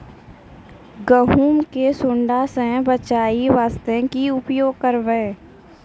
गहूम के सुंडा से बचाई वास्ते की उपाय करबै?